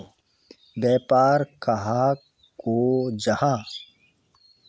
व्यापार कहाक को जाहा?